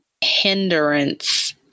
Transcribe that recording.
hindrance